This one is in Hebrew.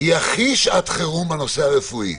היא הכי שעת חירום בנושא הרפואי.